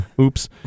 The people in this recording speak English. Oops